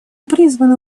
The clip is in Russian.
призвана